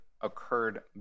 occurred